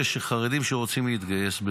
חרדים שרוצים להתגייס,